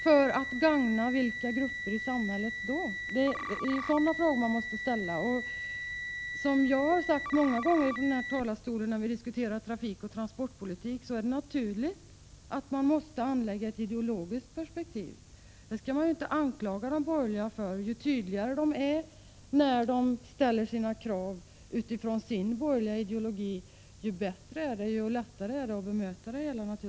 För att gagna vilka grupper i Im Gt oo draa — samhället? Det är sådana frågor man måste ställa. Som jag sagt många gånger från denna talarstol när vi diskuterat trafik och transportpolitik är det naturligt att anlägga ett ideologiskt perspektiv. Man skall inte anklaga de borgerliga för detta. Ju tydligare de är när de ställer krav utifrån sin borgerliga ideologi, desto bättre och lättare är det naturligtvis att bemöta dem.